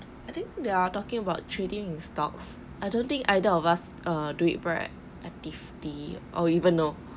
I think they are talking about trading in stocks I don't think either of us err do it very actively or even know